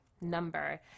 number